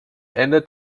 ende